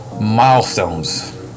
milestones